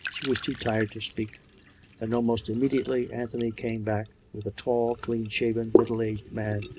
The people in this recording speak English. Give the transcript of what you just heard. she was too tired to speak and almost immediately an thony came back, with a tall, clean-s'haven, middle-aged man,